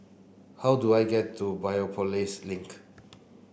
how do I get to Biopolis Link